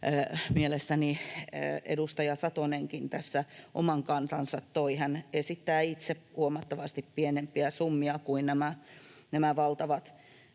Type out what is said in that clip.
löytynyt. Oman kantansakin edustaja Satonen toi: hän esittää itse huomattavasti pienempiä summia kuin nämä valtavat